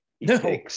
No